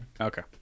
Okay